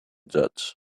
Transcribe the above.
judge